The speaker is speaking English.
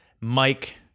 Mike